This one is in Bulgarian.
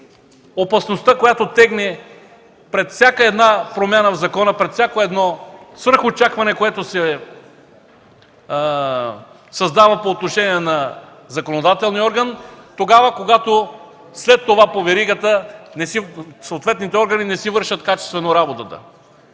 опасността, която тегне пред всяка промяна в закона, пред всяко свръхочакване, което се създава по отношение на законодателния орган, когато след това по веригата съответните органи не си вършат качествено работата.